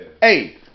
Hey